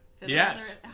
Yes